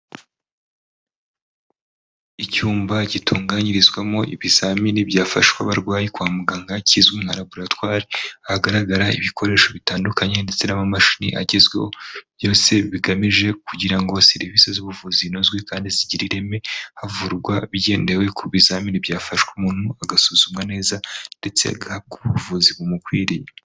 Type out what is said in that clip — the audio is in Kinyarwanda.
Icyumba gitunganyirizwamo ibizamini byafashwe abarwayi kwa muganga, kizwi nka laboratware hagaragara ibikoresho bitandukanye ndetse n'amamashini agezweho, byose bigamije kugira ngo serivisi z'ubuvuzi zinozwe kandi zigire ireme. Havurwa bigendewe ku bizamini byafashwe umuntu agasuzumwa neza ndetse agahabwa ubuvuzi bumukwiriye.